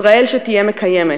ישראל שתהיה מקיימת,